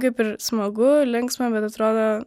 kaip ir smagu linksma bet atrodo